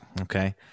Okay